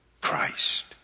Christ